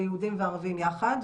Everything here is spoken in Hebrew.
ליהודים וערבים ביחד,